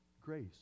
Grace